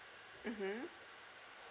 mmhmm